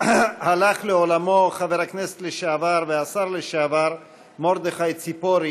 הלך לעולמו חבר הכנסת לשעבר והשר לשעבר מרדכי ציפורי.